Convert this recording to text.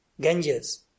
Ganges